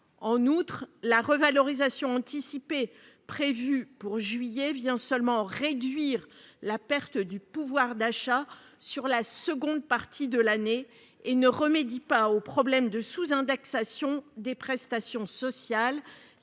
En outre, la revalorisation anticipée prévue pour juillet vient seulement réduire la perte de pouvoir d'achat sur la seconde partie de l'année et ne remédie pas au problème de sous-indexation des prestations sociales,